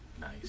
nice